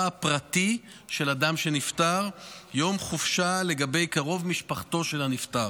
הפרטי של אדם שנפטר כיום חופשה לגבי קרוב משפחתו של הנפטר,